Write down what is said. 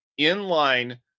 inline